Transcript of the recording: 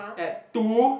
at two